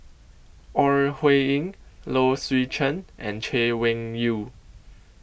Ore Huiying Low Swee Chen and Chay Weng Yew